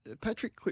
Patrick